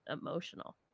emotional